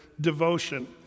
devotion